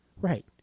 Right